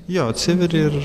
jo atsiveri ir